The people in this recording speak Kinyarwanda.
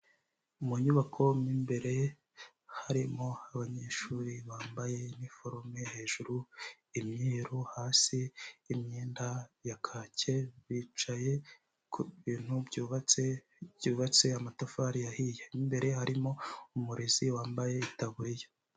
Mu nyubako mo imbere harimo abanyeshuri bambaye iniforume, hejuru imyeru, hasi imyenda ya kake, bicaye ku bintu byubatse byubatse amatafari ahiye. Imbere harimo umurezi wambaye taburiya.